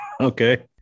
Okay